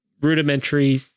rudimentary